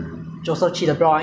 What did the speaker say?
的 course 都会去的